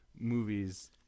movies